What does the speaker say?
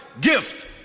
gift